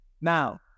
Now